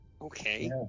okay